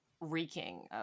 reeking